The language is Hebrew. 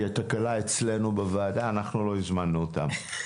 כי התקלה אצלנו בוועדה כי אנחנו לא הזמנו אותם.